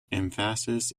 emphasis